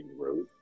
road